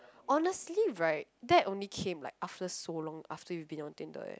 honestly right that only came like after so long after you have been on Tinder leh